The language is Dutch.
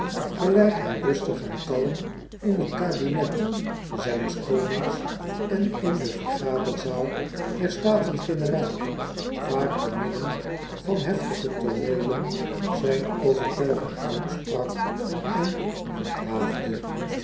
gelijk hij rustig en kalm in het kabinet zijns konings en in de vergaderzaal der taten eneraal vaak te midden van heftige tooneelen zijn overtuiging uitsprak en